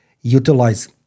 utilize